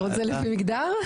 אתה רוצה לפי מגדר?